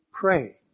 Pray